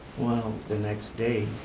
well, the next day,